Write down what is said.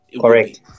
correct